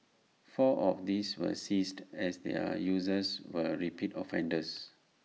four of these were seized as their users were repeat offenders